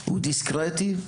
הוא דיסקרטי,